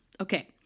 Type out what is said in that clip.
Okay